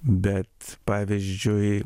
bet pavyzdžiui